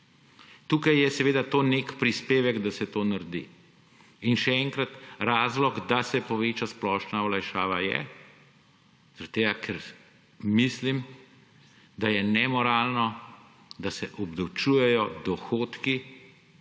Tu je to nek prispevek, da se to naredi. In še enkrat, razlog, da se poveča splošna olajšava, je zaradi tega, ker mislim, da je nemoralno, da se obdavčujejo dohodki,